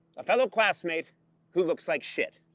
a fellow classmate who looks like shit.